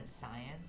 science